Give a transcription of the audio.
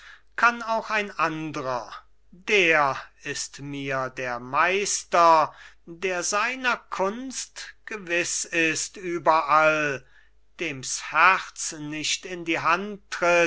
kann auch ein andrer der ist mir der meister der seiner kunst gewiss ist überall dem's herz nicht in die hand